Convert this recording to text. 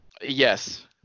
Yes